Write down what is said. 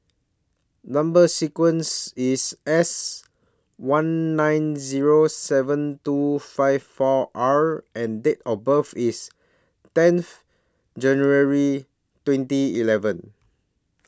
Number sequence IS S one nine Zero seven two five four R and Date of birth IS tenth January twenty eleven